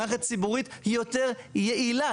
מערכת ציבורית היא יותר יעילה,